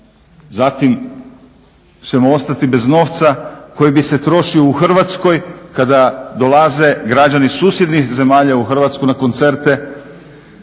zatim ćemo ostati bez novca koji bi se trošio u Hrvatskoj kada dolaze građani susjednih zemalja u Hrvatsku na koncerte.